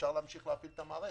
אפשר להמשיך להפעיל את המערכת,